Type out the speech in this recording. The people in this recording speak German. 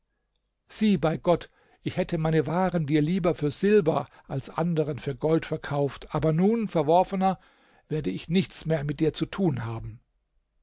sieh bei gott ich hätte meine waren dir lieber für silber als anderen für gold verkauft aber nun verworfener werde ich nichts mehr mit dir zu tun haben